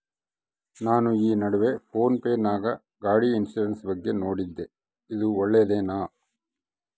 ನಾನು ಈ ನಡುವೆ ಫೋನ್ ಪೇ ನಾಗ ಗಾಡಿ ಇನ್ಸುರೆನ್ಸ್ ಬಗ್ಗೆ ನೋಡಿದ್ದೇ ಇದು ಒಳ್ಳೇದೇನಾ?